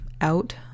out